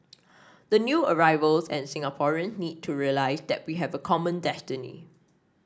the new arrivals and Singaporean need to realise that we have a common destiny